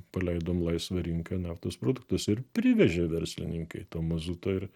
paleidom laisvą rinką naftos produktus ir privežė verslininkai to mazuto ir